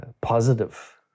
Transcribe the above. positive